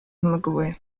mgły